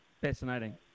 Fascinating